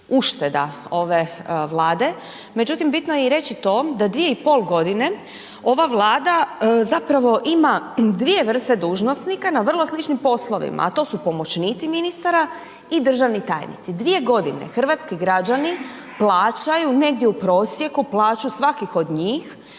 ušteda ove Vlade, međutim bitno je reći i to da 2,5 g. ova Vlada zapravo ima dvije vrste dužnosnika na vrlo sličnim poslovima a to su pomoćnici ministara i državni tajnici. 2 g. hrvatski građani plaćaju negdje u prosjeku plaću svakih od njih,